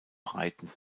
breiten